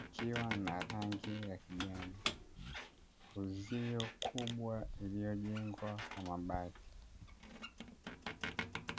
ikiwa na rangi ya kijani uzio mkubwa uliojengwa kwa mabati.